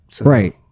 Right